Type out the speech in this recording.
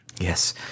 Yes